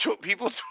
People